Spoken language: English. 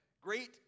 great